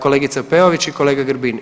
Kolegica Peović i kolega Grbin.